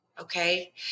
Okay